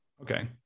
Okay